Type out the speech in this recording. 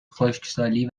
خشکسالی